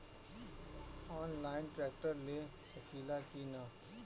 Online tractor ले सकीला कि न?